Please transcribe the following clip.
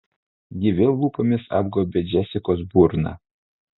ji vėl lūpomis apgaubė džesikos burną